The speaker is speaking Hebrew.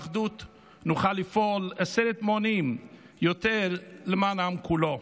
באחדות נוכל לפעול עשרת מונים יותר למען העם כולו.